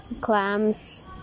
clams